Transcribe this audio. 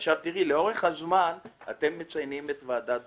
עכשיו, אתם מציינים את ועדת דומיניסיני,